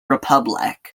republic